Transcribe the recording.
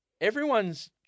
Everyone's